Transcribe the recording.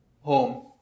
home